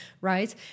right